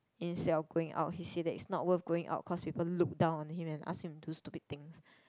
instead of going out he say that it's not worth going out cause people look down on him and ask him do stupid things